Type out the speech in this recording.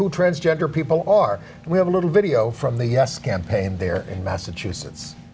who transgender people are we have a little video from the yes campaign there in massachusetts